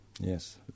Yes